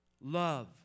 love